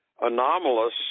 anomalous